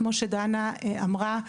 כמו שדנה אמרה,